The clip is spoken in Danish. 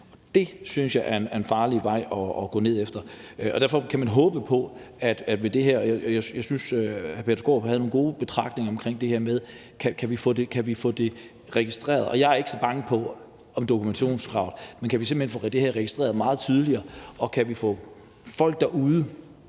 det synes jeg er en farlig vej at gå ned ad. Derfor kan man håbe på, at der sker noget med det her. Jeg synes, at hr. Peter Skaarup havde nogle gode betragtninger om det her med at få det registreret. Jeg er ikke så bange for dokumentationskravet, men ønsker at få det her registreret meget tydeligere. Og kan vi få folk derude,